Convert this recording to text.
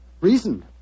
Reason